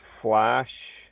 Flash